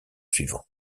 suivant